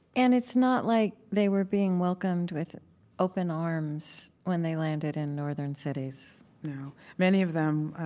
and it's not like they were being welcomed with open arms when they landed in northern cities no. many of them,